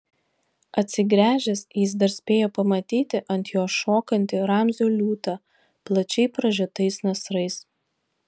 atsigręžęs jis dar spėjo pamatyti ant jo šokantį ramzio liūtą plačiai pražiotais nasrais